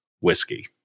whiskey